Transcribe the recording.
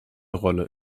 rolle